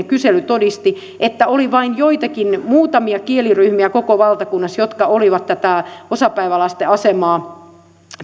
kysely todisti että oli vain joitakin muutamia kieliryhmiä koko valtakunnassa jotka olivat tätä osapäivälasten asemaa